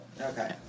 Okay